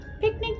picnic